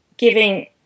giving